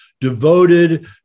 devoted